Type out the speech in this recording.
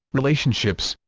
relationships,